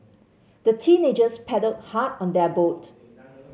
the teenagers paddled hard on their boat